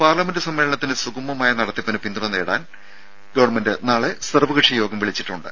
parliament സമ്മേളനത്തിന്റെ സുഗമമായ നടത്തിപ്പിന് പിന്തുണ തേടാൻ ഗവൺമെന്റ് നാളെ സർവ്വകക്ഷി യോഗം വിളിച്ചിട്ടുണ്ട്